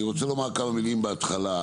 אני רוצה לומר כמה מילים בהתחלה,